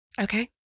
Okay